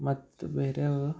ಮತ್ತು ಬೇರೆ ಯಾವ